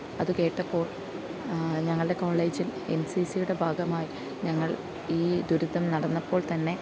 അത് കേട്ടപ്പോള് ഞങ്ങളുടെ കോളേജില് എന്സിസിയുടെ ഭാഗമായി ഞങ്ങള് ഈ ദുരിതം നടന്നപ്പോള് തന്നെ